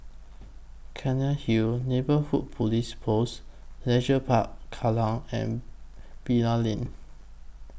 Cairnhill Neighbourhood Police Post Leisure Park Kallang and Bilal Lane